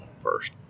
first